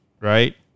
Right